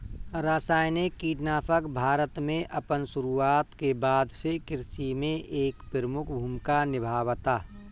रासायनिक कीटनाशक भारत में अपन शुरुआत के बाद से कृषि में एक प्रमुख भूमिका निभावता